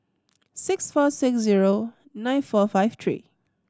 six four six zero nine four five tree